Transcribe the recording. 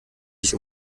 sich